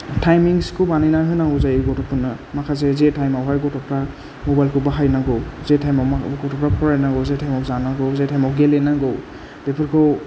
timing सखौ बानायनानै होनांगौ जायो गथ'फोरनो माखासे जे टायमावहाय गथ'फ्रा मबाइल खौ बाहायनांगौ जे टाइमाव गथ'फोरा फरायनांगौ जे टाइमाव जानांगौ जे टायमाव गेलेनांगौ बेफोरखौ